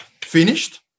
finished